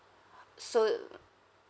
so